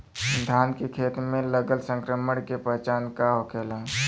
धान के खेत मे लगल संक्रमण के पहचान का होखेला?